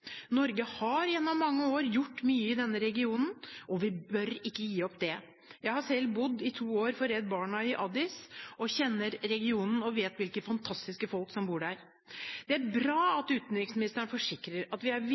Norge har gjennom mange år gjort mye i denne regionen, og vi bør ikke gi opp det. Jeg har selv – for Redd Barna – bodd to år i Addis. Jeg kjenner regionen og vet hvilke fantastiske folk som bor der. Det er bra at utenriksministeren forsikrer at vi er